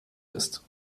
ist